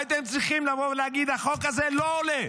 הייתם צריכים לבוא ולהגיד: החוק הזה לא עולה,